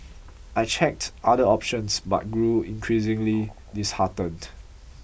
I checked other options but grew increasingly disheartened